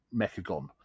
Mechagon